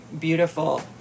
beautiful